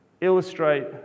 illustrate